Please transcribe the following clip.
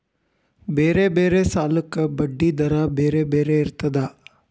ಬೇರೆ ಬೇರೆ ಸಾಲಕ್ಕ ಬಡ್ಡಿ ದರಾ ಬೇರೆ ಬೇರೆ ಇರ್ತದಾ?